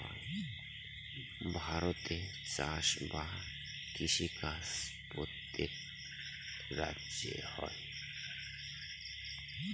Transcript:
ভারতে চাষ বা কৃষি কাজ প্রত্যেক রাজ্যে হয়